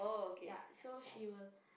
ya so she will